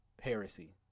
heresy